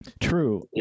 True